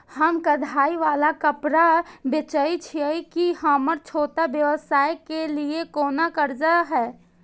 हम कढ़ाई वाला कपड़ा बेचय छिये, की हमर छोटा व्यवसाय के लिये कोनो कर्जा है?